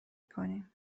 کنیم